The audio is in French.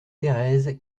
thérèse